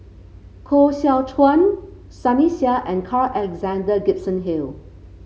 Koh Seow Chuan Sunny Sia and Carl Alexander Gibson Hill